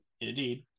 indeed